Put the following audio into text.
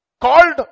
called